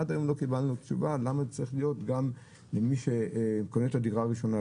עד היום לא קיבלנו תשובה למה זה צריך להיות גם למי שקונה דירה ראשונה,